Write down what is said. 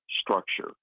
structure